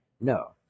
No